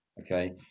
okay